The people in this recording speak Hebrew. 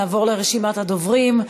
נעבור לרשימת הדוברים.